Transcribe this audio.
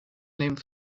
named